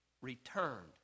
returned